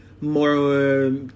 more